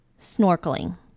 snorkeling